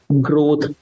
growth